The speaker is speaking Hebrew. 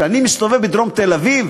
כשאני מסתובב בדרום תל-אביב